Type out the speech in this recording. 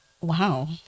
wow